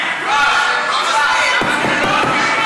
חבר כנסת בגלל העמדות שלו?